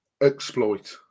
exploit